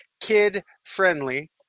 kid-friendly